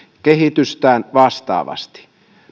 kehitystään vastaavasti